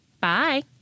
bye